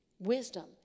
Wisdom